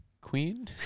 queen